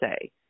say